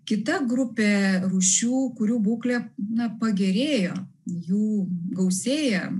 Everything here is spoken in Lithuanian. kita grupė rūšių kurių būklė na pagerėjo jų gausėja